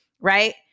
right